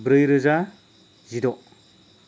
ब्रै रोजा जिद'